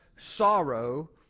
Sorrow